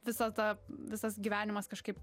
visą tą visas gyvenimas kažkaip